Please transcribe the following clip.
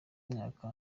mwaka